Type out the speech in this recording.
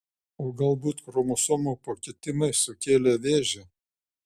o galbūt chromosomų pakitimai sukėlė vėžį